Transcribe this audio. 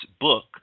book